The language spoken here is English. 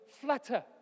flutter